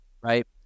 right